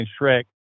Shrek